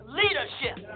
leadership